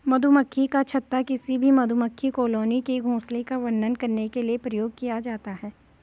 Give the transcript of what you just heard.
मधुमक्खी का छत्ता किसी भी मधुमक्खी कॉलोनी के घोंसले का वर्णन करने के लिए प्रयोग किया जाता है